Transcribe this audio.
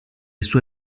sue